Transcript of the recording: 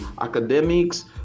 academics